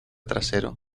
trasero